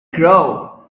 grow